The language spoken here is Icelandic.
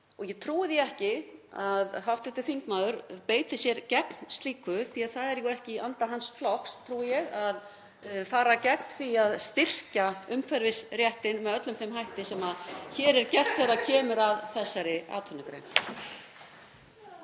og ég trúi því ekki að hv. þingmaður beiti sér gegn slíku því að það er jú ekki í anda hans flokks, trúi ég, að fara gegn því að styrkja umhverfisréttinn með öllum þeim hætti sem hér er gert þegar kemur að þessari atvinnugrein.